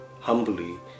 humbly